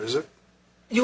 is it you